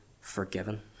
forgiven